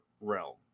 realm